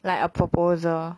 like a proposal